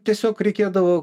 tiesiog reikėdavo